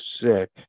sick